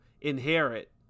inherit